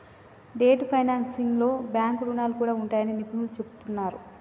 debt ఫైనాన్సింగ్లో bank రుణాలు కూడా ఉంటాయని నిపుణులు చెబుతున్నరు